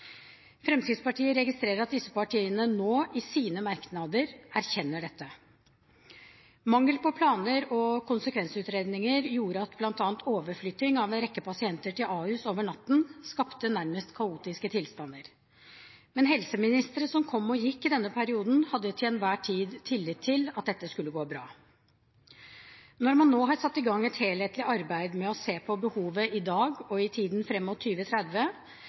Fremskrittspartiet registrer at disse partiene nå i sine merknader erkjenner dette. Mangel på planer og konsekvensutredninger gjorde at bl.a. overflytting av en rekke pasienter til Ahus over natten skapte nærmest kaotiske tilstander. Men helseministre som kom og gikk i denne perioden, hadde til enhver tid tillit til at dette skulle gå bra. Når man nå har satt i gang et helhetlig arbeid med å se på behovet i dag og i tiden fram mot